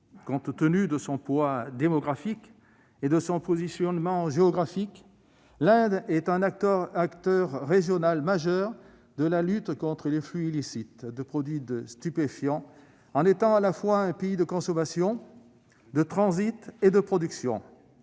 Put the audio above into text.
Compte tenu de son poids démographique et de son positionnement géographique, l'Inde est un acteur régional majeur de la lutte contre les flux illicites de produits stupéfiants, dont elle est à la fois un pays de consommation, de transit et de production.